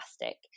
plastic